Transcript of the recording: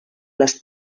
les